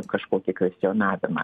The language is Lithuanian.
kažkokį kvestionavimą